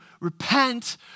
Repent